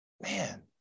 Man